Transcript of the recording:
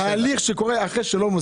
אחרי ההליך שהוא עושה,